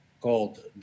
called